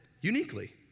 uniquely